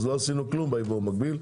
אז לא עשינו כלום ביבוא המקביל.